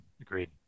agreed